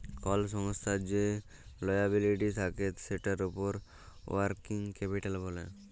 call সংস্থার যে liability থাক্যে সেটার উপর ওয়ার্কিং ক্যাপিটাল ব্যলে